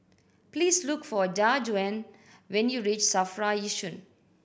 please look for Jajuan when you reach SAFRA Yishun